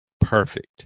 Perfect